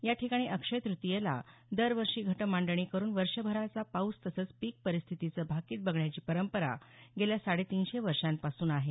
याठिकाणी अक्षय तृतीयेला दरवर्षी घटमांडणी करुन वर्षभराच्या पाऊस तसंच पिक परिस्थितीचं भाकित बघण्याची परंपरा गेल्या साडेतीनशे वर्षापासून आहे